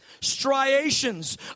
striations